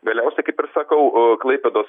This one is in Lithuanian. galiausiai kaip ir sakau klaipėdos